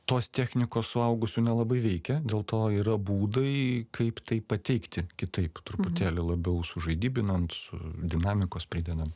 tos technikos suaugusių nelabai veikia dėl to yra būdai kaip tai pateikti kitaip truputėlį labiau sužaidybinant su dinamikos pridedant